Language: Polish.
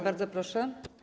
Bardzo proszę.